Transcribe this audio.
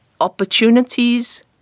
opportunities